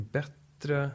bättre